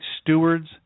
stewards